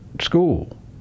school